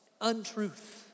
untruth